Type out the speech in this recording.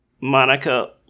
Monica